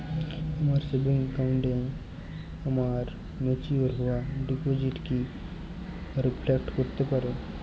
আমার সেভিংস অ্যাকাউন্টে আমার ম্যাচিওর হওয়া ডিপোজিট কি রিফ্লেক্ট করতে পারে?